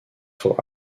for